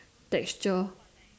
texture